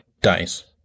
dice